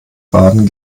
baden